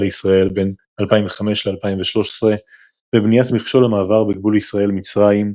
לישראל בין 2005 ל-2013 ובניית מכשול המעבר בגבול ישראל-מצרים,